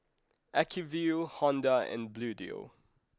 Acuvue Honda and Bluedio